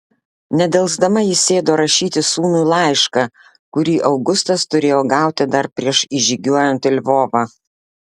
nedelsdama ji sėdo rašyti sūnui laišką kurį augustas turėjo gauti dar prieš įžygiuojant į lvovą